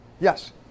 Yes